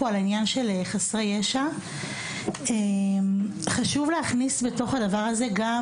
כאן על העניין של חסרי ישע ואני חושבת שחשוב להכניס הדבר הזה גם